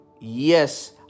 Yes